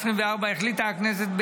בנובמבר 2024 החליטה הכנסת,